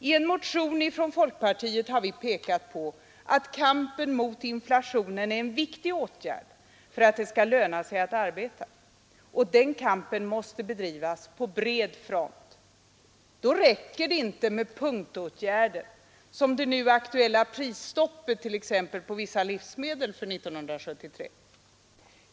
I en motion från folkpartiet har vi pekat på att kampen mot inflationen är en viktig åtgärd för att det skall löna sig att arbeta. Den kampen måste bedrivas på bred front. Då räcker det inte med punktåtgärder, t.ex. det nu aktuella prisstoppet på vissa livsmedel för 1973.